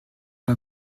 pas